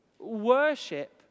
Worship